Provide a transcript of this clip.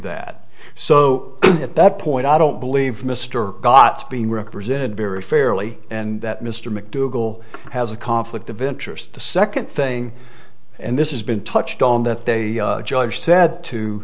that so at that point i don't believe mr gotz being represented very fairly and that mr mcdougal has a conflict of interest the second thing and this has been touched on that they judge said to